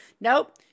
Nope